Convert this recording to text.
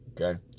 okay